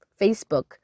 Facebook